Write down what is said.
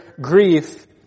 grief